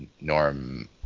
Norm